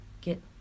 get